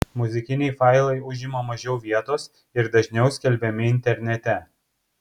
muzikiniai failai užima mažiau vietos ir dažniau skelbiami internete